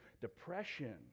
depression